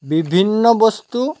বিভিন্ন বস্তু